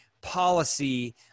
policy